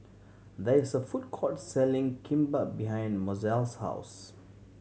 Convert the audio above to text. there is a food court selling Kimbap behind Mozelle's house